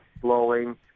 flowing